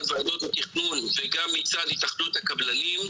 ועדות התכנון וגם מצד התאחדות הקבלנים.